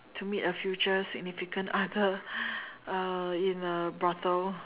to meet a future significant other uh in a brothel